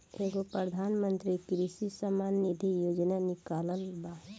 एगो प्रधानमंत्री कृषि सम्मान निधी योजना निकलल बा